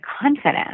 confidence